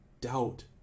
doubt